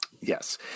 Yes